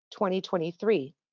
2023